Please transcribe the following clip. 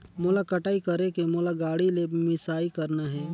मोला कटाई करेके मोला गाड़ी ले मिसाई करना हे?